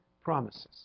promises